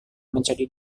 menjadi